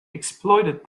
exploited